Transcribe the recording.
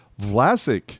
Vlasic